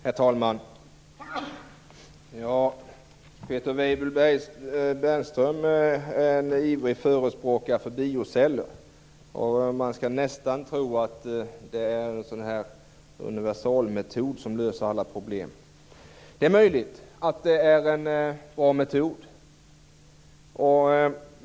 Herr talman! Peter Weibull Bernström är en ivrig förespråkare av bioceller. Man skulle nästan kunna tro att det är en universalmetod som löser alla problem. Det är möjligt att det är en bra metod.